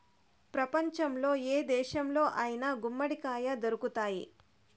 ప్రపంచంలో ఏ దేశంలో అయినా గుమ్మడికాయ దొరుకుతాయి